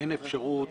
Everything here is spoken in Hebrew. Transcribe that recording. שאין אפשרות